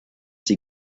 sie